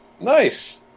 Nice